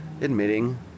admitting